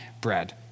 bread